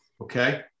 Okay